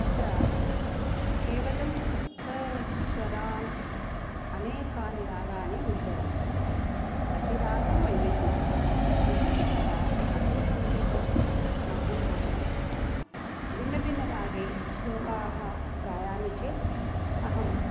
तत्र केवलं सप्तस्वरान् अनेकानि रागाणि उद्भवन्ति प्रतिरागं वैविध्यं विशेषतः भक्तिसङ्गीतं मह्यं रोचते भिन्न भिन्न रागे श्लोकाः गायामि चेत् अहम्